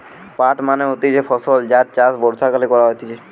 পাট মানে হতিছে ফসল যার চাষ বর্ষাকালে করা হতিছে